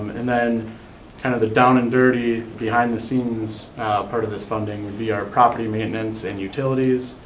and then kind of the down and dirty, behind the scenes part of this funding, we are property maintenance and utilities,